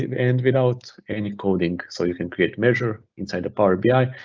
and without any coding. so you can create measure inside a power bi,